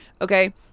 okay